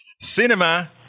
Cinema